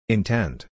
Intent